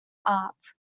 art